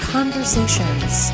Conversations